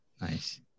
nice